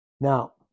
Now